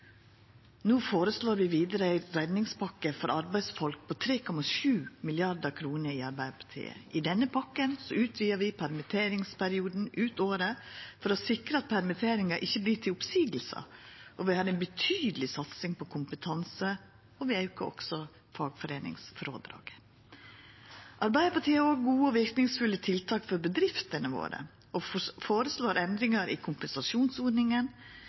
No føreslår vi vidare ei redningspakke for arbeidsfolk på 3,7 mrd. kr i Arbeidarpartiet. I denne pakka utvidar vi permitteringsperioden ut året for å sikra at permitteringar ikkje vert til oppseiingar. Og vi har ei betydeleg satsing på kompetanse, og vi aukar også fagforeningsfrådraget. Arbeidarpartiet har òg gode og verknadsfulle tiltak for bedriftene våre og føreslår endringar i kompensasjonsordninga